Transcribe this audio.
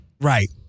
Right